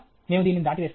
మేము దీనిని దాటివేస్తాను